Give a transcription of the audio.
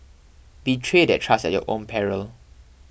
betray that trust at your own peril